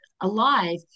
alive